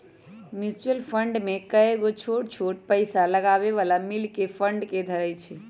mutual fund में कयगो छोट छोट पइसा लगाबे बला मिल कऽ फंड के धरइ छइ